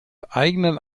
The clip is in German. eigenen